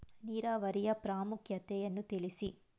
ನೀರಾವರಿಯ ಪ್ರಾಮುಖ್ಯತೆ ಯನ್ನು ತಿಳಿಸಿ?